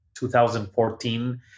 2014